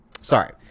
Sorry